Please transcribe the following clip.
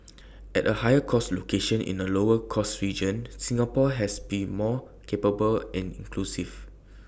as A higher cost location in A lower cost region Singapore has be more capable and inclusive